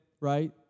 right